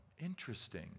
Interesting